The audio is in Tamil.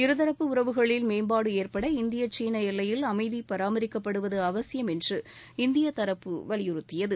இருதரப்பு உறவுகளில் மேம்பாடு ஏற்பட இந்திய சீன எல்லையில் அமைதி பராமரிக்கப்படுவது அவசியம் என்று இந்திய தரப்பு வலியுறுத்தியது